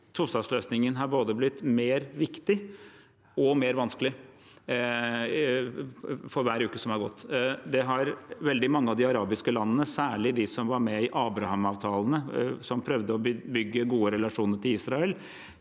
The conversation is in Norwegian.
tostatsløsningen har både blitt mer viktig og mer vanskelig for hver uke som er gått. Veldig mange av de arabiske landene, særlig de som var med i Abraham-avtalene, som prøvde å bygge gode relasjoner til Israel,